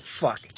fuck